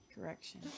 correction